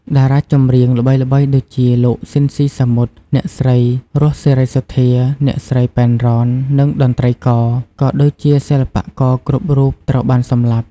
តារាចម្រៀងល្បីៗដូចជា លោក ស៊ីន ស៊ីសាមុត អ្នកស្រី រស់ សេរីសុទ្ធា អ្នកស្រី ប៉ែន រ៉ន និងតន្ត្រីករ ក៏ដូចជាសិល្បករគ្រប់រូបត្រូវបានសម្លាប់។